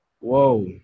Whoa